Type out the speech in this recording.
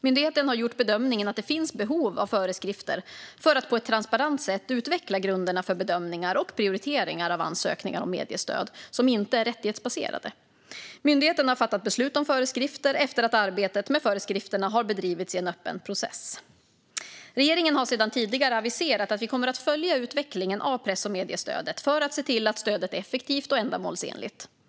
Myndigheten har gjort bedömningen att det finns behov av föreskrifter för att på ett transparent sätt utveckla grunderna för bedömningar och prioriteringar av ansökningar om mediestöd som inte är rättighetsbaserade. Myndigheten har fattat beslut om föreskrifter efter att arbetet med föreskrifterna har bedrivits i en öppen process. Regeringen har sedan tidigare aviserat att vi kommer att följa utvecklingen av press och mediestödet för att se till att stödet är effektivt och ändamålsenligt.